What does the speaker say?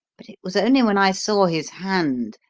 but it was only when i saw his hand,